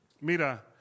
Mira